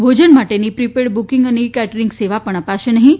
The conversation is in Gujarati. ભોજન માટેની પ્રિપેડ બુકિગ અને ઈ કેટરીંગ સેવા પણ અપાશે નહિં